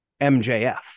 MJF